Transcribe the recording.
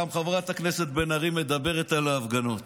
גם חברת הכנסת בן ארי מדברת על ההפגנות,